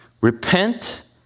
Repent